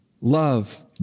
Love